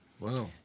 wow